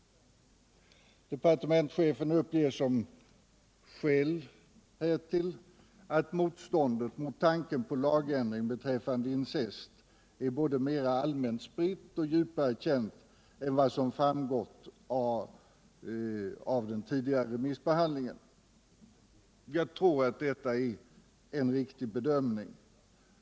Departementschefen uppger som skäl härtill att motståndet mot tanken på lagändring beträffande incest är både mera allmänt spritt och djupare känt än vad som framgått av den tidigare remissbehandlingen. Jag tror att detta är en riktig bedömning.